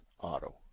Auto